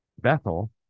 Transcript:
Bethel